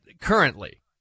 currently